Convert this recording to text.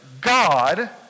God